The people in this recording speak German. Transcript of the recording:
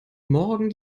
morgen